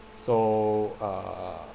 so uh